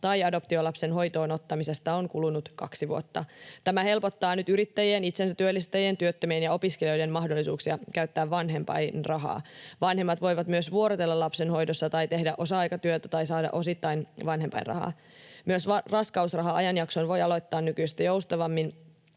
tai adoptiolapsen hoitoon ottamisesta on kulunut kaksi vuotta. Tämä helpottaa nyt yrittäjien, itsensätyöllistäjien, työttömien ja opiskelijoiden mahdollisuuksia käyttää vanhempainrahaa. Vanhemmat voivat myös vuorotella lapsen hoidossa tai tehdä osa-aikatyötä tai saada osittain vanhempainrahaa. Myös raskausraha-ajanjakson voi aloittaa nykyistä joustavammin,